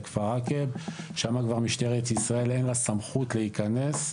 לכפר עקב שם כבר משטרת ישראל אין לה סמכות להיכנס,